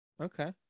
Okay